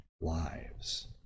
lives